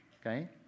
okay